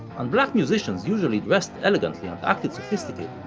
and black musicians usually dressed elegantly and acted sophisticated